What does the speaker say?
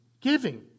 giving